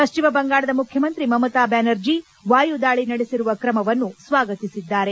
ಪಶ್ಚಿಮ ಬಂಗಾಳದ ಮುಖ್ಯಮಂತ್ರಿ ಮಮತಾ ಬ್ಯಾನರ್ಜಿ ವಾಯು ದಾಳಿ ನಡೆಸಿರುವ ಕ್ರಮವನ್ನು ಸ್ವಾಗತಿಸಿದ್ದಾರೆ